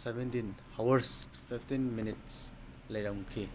seventeen hours fifteen minutes ꯂꯩꯔꯝꯈꯤ